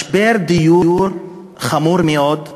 יש משבר דיור חמור מאוד,